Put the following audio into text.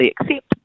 accept